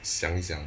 想一想